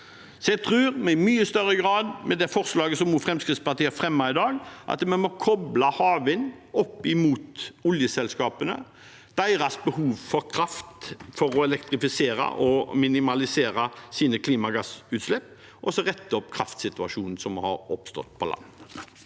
Jeg tror at vi i mye større grad, i tråd med det forslaget som Fremskrittspartiet har fremmet i dag, må koble havvind opp mot oljeselskapene og deres behov for kraft for å elektrifisere og minimalisere sine klimagassutslipp, og så rette opp kraftsituasjonen som har oppstått på land.